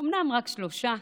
אומנם רק שלושה,